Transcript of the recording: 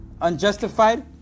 unjustified